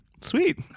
Sweet